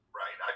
right